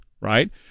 right